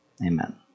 Amen